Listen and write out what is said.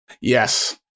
Yes